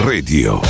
Radio